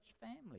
family